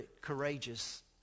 courageous